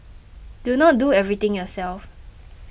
do not do everything yourself